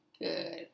good